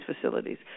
facilities